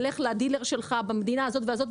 תלך לדילר שלך במדינה הזאת והזאת,